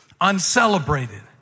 uncelebrated